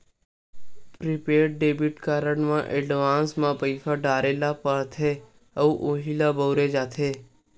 prepaid debit card म advance म पइसा डारे ल परथे अउ उहीं ल बउरे जाथे